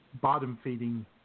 bottom-feeding